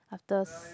after s~